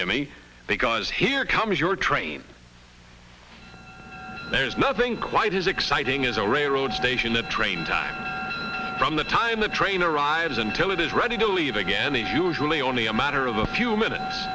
jimmy they cause here comes your train there's nothing quite as exciting as a railroad station the train from the time the train arrives until it is ready to leave again it's usually only a matter of a few minutes